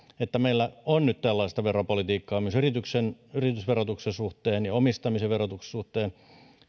että meillä on nyt tällaista veropolitiikkaa myös yritysverotuksen suhteen ja omistamisen verotuksen suhteen